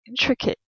intricate